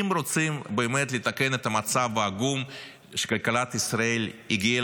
אם רוצים באמת לתקן את המצב העגום שכלכלת ישראל הגיעה